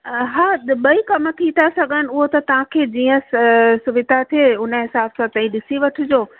हा ॿई कम थी था सघनि हूअं तव्हांखे जीअं सुविधा थिए उन हिसाब सां तईं ॾिसी वठिजो